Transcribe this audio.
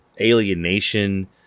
alienation